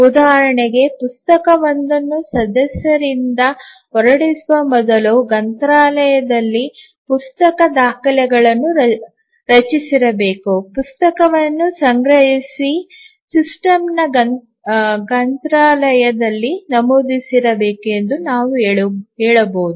ಉದಾಹರಣೆಗೆ ಪುಸ್ತಕವೊಂದನ್ನು ಸದಸ್ಯರಿಂದ ಹೊರಡಿಸುವ ಮೊದಲು ಗ್ರಂಥಾಲಯದಲ್ಲಿ ಪುಸ್ತಕ ದಾಖಲೆಗಳನ್ನು ರಚಿಸಿರಬೇಕು ಪುಸ್ತಕವನ್ನು ಸಂಗ್ರಹಿಸಿ ಸಿಸ್ಟಂನ ಗ್ರಂಥಾಲಯದಲ್ಲಿ ನಮೂದಿಸಿರಬೇಕು ಎಂದು ನಾವು ಹೇಳಬಹುದು